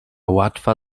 łatwa